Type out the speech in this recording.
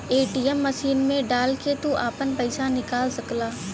ATM machine मे डाल के तू आपन पइसा निकाल सकला